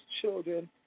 children